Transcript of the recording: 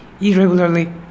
irregularly